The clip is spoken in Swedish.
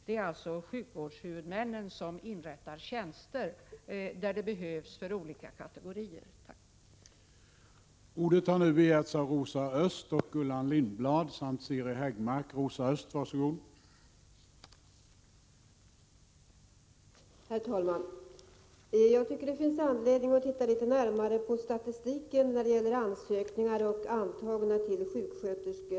Det är sjukvårdshuvudmännen som inrättar tjänster där så behövs för olika kategorier på detta område.